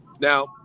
Now